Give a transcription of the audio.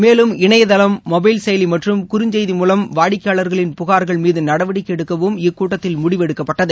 மேலும் இணையதளம் மொபைல் செயலி மற்றும் குறுஞ்செய்தி மூலம் வாடிக்கையாளர்களின் புகார்கள் மீது நடவடிக்கை எடுக்கவும் இக்கூட்டத்தில் முடிவெடுக்கப்பட்டது